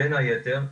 בין היתר,